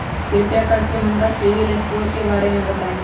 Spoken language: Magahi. कृपा कर के हमरा सिबिल स्कोर के बारे में बताई?